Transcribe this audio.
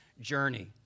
journey